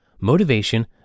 motivation